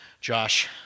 Josh